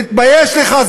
תתבייש לך,